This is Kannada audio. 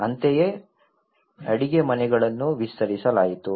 ಅಂತೆಯೇ ಅಡಿಗೆಮನೆಗಳನ್ನು ವಿಸ್ತರಿಸಲಾಯಿತು